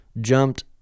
jumped